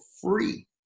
free